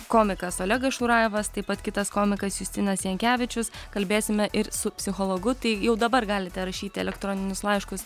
komikas olegas šurajevas taip pat kitas komikas justinas jankevičius kalbėsime ir su psichologu tai jau dabar galite rašyti elektroninius laiškus